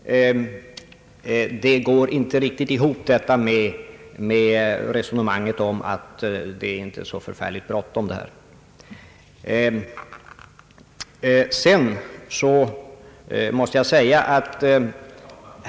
Det går inte riktigt ihop med resonemanget om att det inte är så förfärligt bråttom.